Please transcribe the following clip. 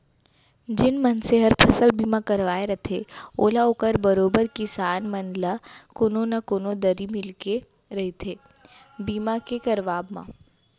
जेन मनसे हर फसल बीमा करवाय रथे ओला ओकर बरोबर किसान मन ल कोनो न कोनो दरी मिलके रहिथे बीमा के करवाब म